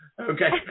Okay